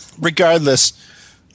Regardless